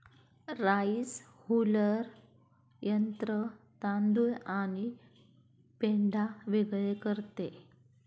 rice huller यंत्र तांदूळ आणि पेंढा वेगळे करते